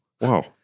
wow